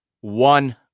one